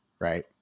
right